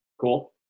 Cool